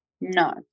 No